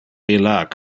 illac